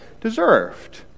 deserved